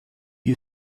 you